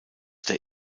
der